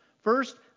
First